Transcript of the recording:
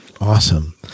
Awesome